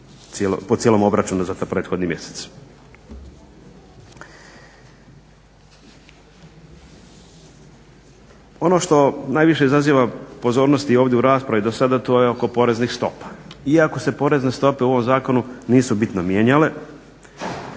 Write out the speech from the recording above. po cijelom obračunu za taj prethodni mjesec. Ono što najviše izaziva pozornosti i ovdje u raspravi do sada to je oko poreznih stopa. Iako se porezne stope u ovom zakonu nisu bitno mijenjale,